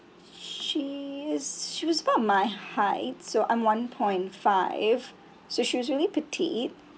she is she was about my height so I'm one point five so she was really petite